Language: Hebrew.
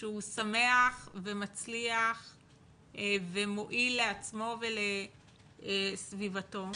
שהוא שמח ומצליח ומועיל לעצמו ולסביבתו,